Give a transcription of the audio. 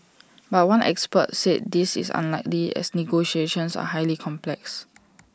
but one expert said this is unlikely as negotiations are highly complex